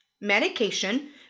Medication